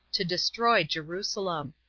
to destroy jerusalem.